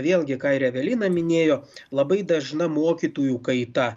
vėlgi ką ir evelina minėjo labai dažna mokytojų kaita